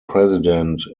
president